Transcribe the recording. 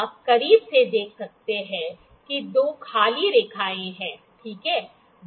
आप करीब से देख सकते हैं कि 2 काली रेखाएँ हैं ठीक है